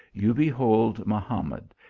you behold mahamad,